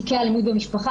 תיקים לעבירות במשפחה,